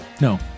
no